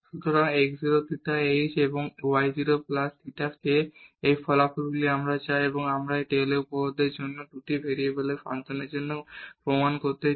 সুতরাং x 0 plus theta h এবং y 0 plus theta k এবং এই ফলাফলটিই আমরা চাই আমরা এই টেইলরের উপপাদ্যের জন্য দুটি ভেরিয়েবলের ফাংশনের জন্য প্রমাণ করতে চাই